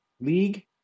league